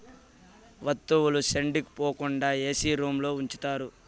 వత్తువుల సెడిపోకుండా ఏసీ రూంలో ఉంచుతారు